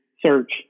search